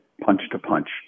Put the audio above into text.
punch-to-punch